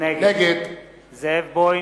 נגד זאב בוים,